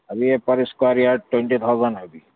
ابھی یہ پر اسکوائر یارڈ ٹوینٹی تھاؤزینڈ ہے ابھی